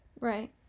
Right